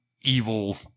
evil